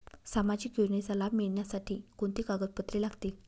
सामाजिक योजनेचा लाभ मिळण्यासाठी कोणती कागदपत्रे लागतील?